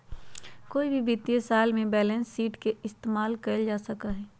कोई भी वित्तीय साल में बैलेंस शीट के इस्तेमाल कइल जा सका हई